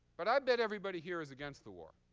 but i bet everybody here is against the war.